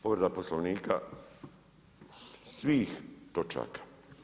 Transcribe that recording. Povreda Poslovnika svih točaka.